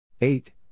Eight